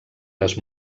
les